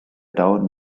town